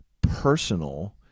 personal